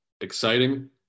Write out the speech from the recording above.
exciting